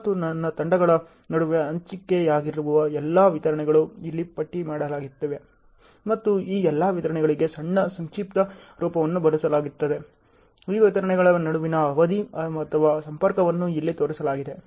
ಮತ್ತು ತಂಡಗಳ ನಡುವೆ ಹಂಚಿಕೆಯಾಗಿರುವ ಎಲ್ಲಾ ವಿತರಣೆಗಳು ಇಲ್ಲಿ ಪಟ್ಟಿಮಾಡಲ್ಪಟ್ಟಿವೆ ಮತ್ತು ಈ ಎಲ್ಲಾ ವಿತರಣೆಗಳಿಗೆ ಸಣ್ಣ ಸಂಕ್ಷಿಪ್ತ ರೂಪವನ್ನು ಬಳಸಲಾಗುತ್ತದೆ ಈ ವಿತರಣೆಗಳ ನಡುವಿನ ಅವಧಿ ಅಥವಾ ಸಂಪರ್ಕವನ್ನು ಇಲ್ಲಿ ತೋರಿಸಲಾಗಿದೆ